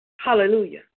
Hallelujah